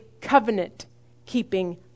covenant-keeping